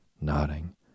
nodding